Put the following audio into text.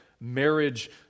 marriage